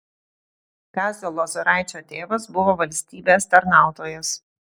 kazio lozoraičio tėvas buvo valstybės tarnautojas